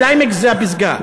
קליימקס זה הפסגה.